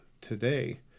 today